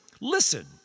listen